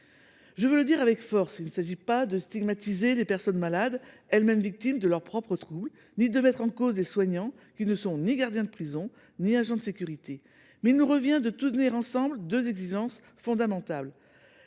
Je veux le dire avec force : il ne s’agit pas de stigmatiser les personnes malades, elles mêmes victimes de leurs propres troubles, ni de mettre en cause les soignants, qui ne sont ni gardiens de prison ni agents de sécurité. Toutefois, il nous incombe de viser ensemble deux objectifs fondamentaux